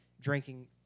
drinking